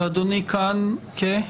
אדוני כאן כ-?